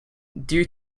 due